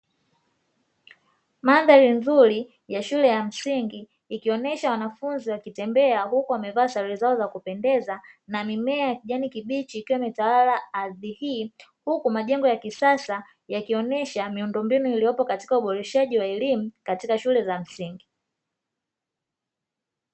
Maadhali nzuri ya shule ya msingi ikionesha wanafunzi wakitembea, huku wakivaa sare zao za kupendeza. Na mimea ya kijani kibichi ikiwa imetawala ardhi hii huku majengo ya kisasa yakionesha miondombinu uboleshaji wa kisasa katika shule za msingi